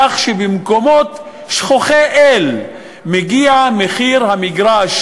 כך שבמקומות שכוחי-אל מגיע מחיר המגרש